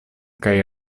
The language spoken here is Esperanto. kaj